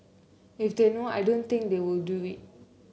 if they know I don't think they will do it